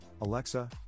alexa